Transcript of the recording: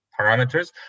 parameters